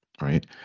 right